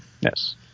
Yes